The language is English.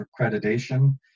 accreditation